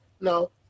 No